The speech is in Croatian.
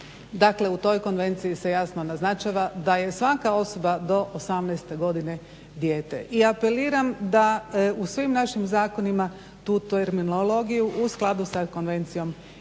Dakle u toj konvenciji se jasno naznačava da je svaka osoba do 18. godine dijete i apeliram da u svim našim zakonima tu terminologiju u skladu sa konvencijom i